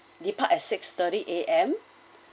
depart at six thirty A_M